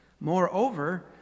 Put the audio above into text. Moreover